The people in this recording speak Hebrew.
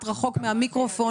כל,